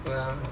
ya